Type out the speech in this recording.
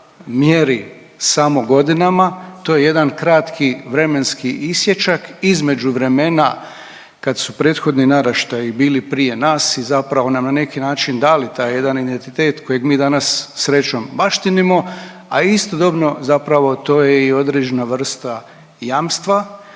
mjeri samo godinama, to je jedan kratki vremenski isječak između vremena kad su prethodni naraštaji bili prije nas i zapravo nam na neki način dali taj jedan identitet kojeg mi danas srećom baštinimo, a istodobno zapravo to je i određena vrsta jamstva